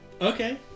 Okay